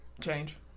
change